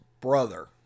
brother